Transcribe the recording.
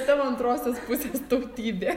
tavo antrosios pusės tautybė